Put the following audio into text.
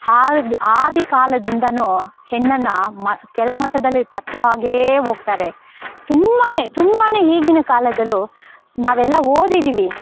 ಆದಿ ಆದಿಕಾಲದಿಂದಲೂ ಹೆಣ್ಣನ್ನು ಮ ಕೆಳಮಟ್ಟದಲ್ಲಿ ತಟ್ಟೋ ಹಾಗೇ ಹೋಗ್ತಾರೆ ತುಂಬನೇ ತುಂಬನೇ ಈಗಿನ ಕಾಲದಲ್ಲೂ ನಾವೆಲ್ಲ ಓದಿದ್ದೀವಿ